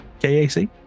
KAC